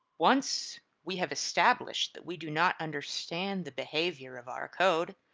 once we have established that we do not understand the behavior of our code,